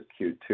Q2